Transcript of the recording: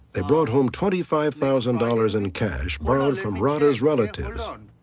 they brought home twenty five thousand dollars in cash borrowed from radha's relatives.